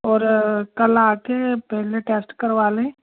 और कल आकर पहले टेस्ट करवा लें